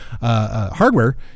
hardware